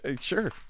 sure